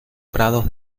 prados